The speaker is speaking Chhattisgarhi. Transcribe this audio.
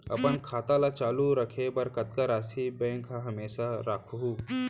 अपन खाता ल चालू रखे बर कतका राशि बैंक म हमेशा राखहूँ?